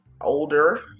older